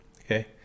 okay